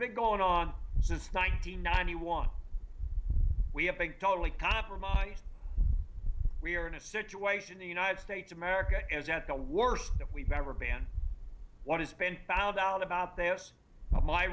is going on since nine hundred ninety one we have totally compromised we are in a situation the united states of america is at the worst that we've ever been what has been found out about this my